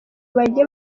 bagiye